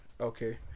Okay